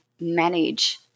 manage